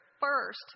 first